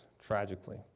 tragically